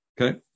Okay